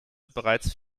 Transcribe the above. bereits